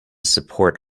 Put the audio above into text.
support